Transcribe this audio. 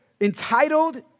entitled